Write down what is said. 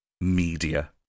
media